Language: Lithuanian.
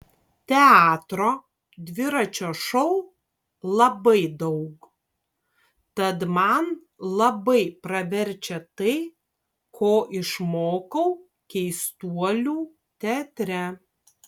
teatro dviračio šou labai daug tad man labai praverčia tai ko išmokau keistuolių teatre